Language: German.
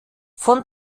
von